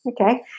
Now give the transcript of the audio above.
okay